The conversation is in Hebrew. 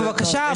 אז בבקשה,